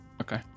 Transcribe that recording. Okay